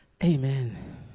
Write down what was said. Amen